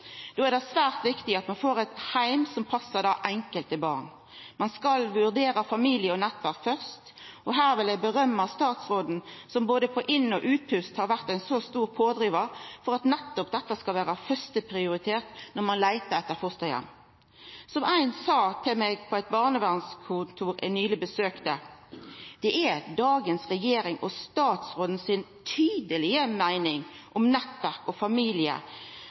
Då er det svært viktig at vi får ein heim som passar det enkelte barnet. Ein skal vurdera familie og nettverk først, og her vil eg rosa statsråden, som på både inn- og utpust har vore ein stor pådrivar for at nettopp dette skal vera førsteprioritet når ein leitar etter fosterheim. Som ein sa til meg på eit barnevernskontor som eg nyleg besøkte: Det er dagens regjering og statsrådens tydelege meining om nettverk og familie